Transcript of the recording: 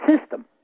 system